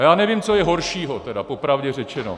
A já nevím, co je horšího tedy, popravdě řečeno.